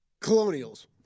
Colonials